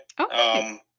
Okay